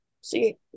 see